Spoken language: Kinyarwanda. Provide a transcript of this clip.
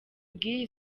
bw’iyi